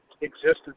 existence